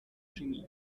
chemie